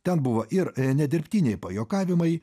ten buvo ir nedirbtiniai pajuokavimai